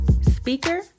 speaker